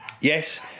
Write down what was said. Yes